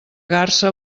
garsa